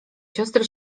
siostry